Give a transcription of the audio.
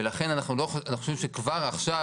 לכן אנחנו לא חושבים שכבר עכשיו